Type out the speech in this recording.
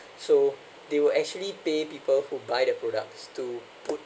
so they will actually pay people who buy the products to put